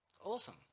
awesome